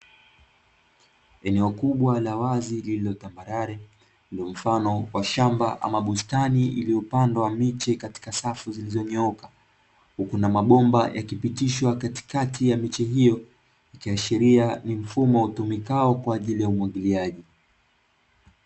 Eneo kubwa la wazi, lililo ambarare lenye mfano wa shamba ama bustani, iliyopandwa miche katika safu zilizonyooka, huku mabomba yaliyopitishwa katikati ya miche hiyo ikiashiria ni mfumo utumikao kwa ajili ya umwagiliaji.